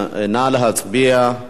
נא להצביע.